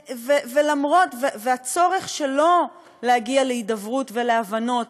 והצורך שלא להגיע להידברות ולהבנות,